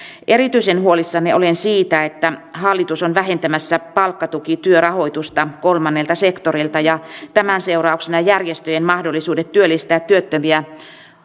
erityisen huolissani olen siitä että hallitus on vähentämässä palkkatukityörahoitusta kolmannelta sektorilta ja tämän seurauksena järjestöjen mahdollisuudet työllistää työttömiä